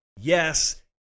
yes